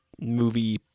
movie